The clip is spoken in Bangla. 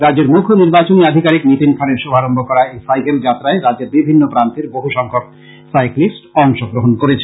রাজ্যের মুখ্য নির্বাচনী আধিকারিক নীতিন খাড়ের শুভারম্ভ করা এই সাইকেল যাত্রায় রাজ্যের বিভিন্ন প্রান্তের বহু সংখ্যক সাইক্লিষ্ট অংশ গ্রহন করেছে